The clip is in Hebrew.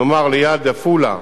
כלומר, ליד עפולה,